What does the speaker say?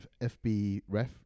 FBref